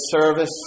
service